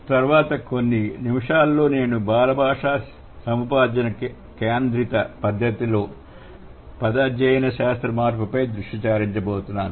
తరువాత కొన్ని నిముషాలలో నేను బాల భాషా సముపార్జన కేంద్రిత పద్ధతిలో పద అధ్యయన శాస్త్ర మార్పుపై దృష్టి సారించబోతున్నాను